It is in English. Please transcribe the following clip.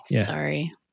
sorry